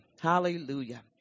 Hallelujah